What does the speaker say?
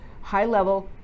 high-level